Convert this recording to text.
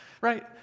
right